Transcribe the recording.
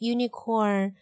Unicorn